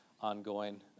ongoing